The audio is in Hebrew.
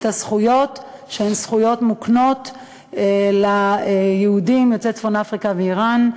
הזכויות שהן זכויות מוקנות ליהודים יוצאי צפון-אפריקה ואיראן,